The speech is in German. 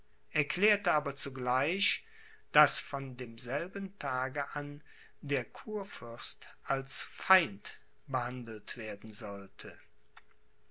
erklärte aber zugleich daß von demselben tage an der kurfürst als feind behandelt werden sollte